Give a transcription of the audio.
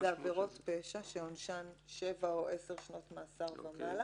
זה עבירות פשע שעונשן שבע או עשר שנות מאסר ומעלה